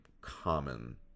common